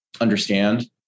understand